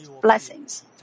blessings